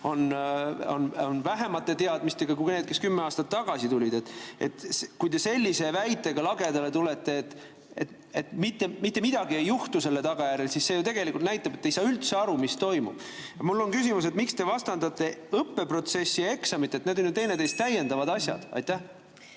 on vähemate teadmistega kui need, kes kümme aastat tagasi tulid. Kui te sellise väitega lagedale tulete, et mitte midagi ei juhtu selle tagajärjel, siis see ju tegelikult näitab, et te ei saa üldse aru, mis toimub. Mul on küsimus, miks te vastandate õppeprotsessi ja eksamit. Need on ju teineteist täiendavad asjad. Aitäh,